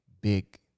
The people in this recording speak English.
big